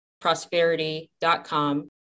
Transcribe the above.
prosperity.com